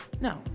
No